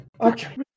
Okay